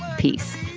peace